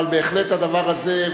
אבל בהחלט הדבר הזה,